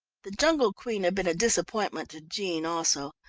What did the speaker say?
the jungle queen had been a disappointment to jean also.